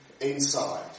inside